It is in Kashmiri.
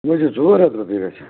یِم حظ چھِ ژور ہَتھ رۄپیہِ گژھان